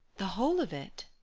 the whole of it?